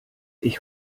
ich